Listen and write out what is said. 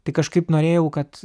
tai kažkaip norėjau kad